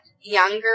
younger